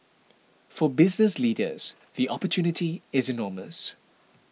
for business leaders the opportunity is enormous